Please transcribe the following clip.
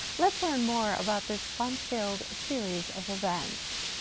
let's learn more about this fun-filled series of events.